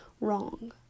wrong